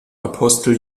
apostel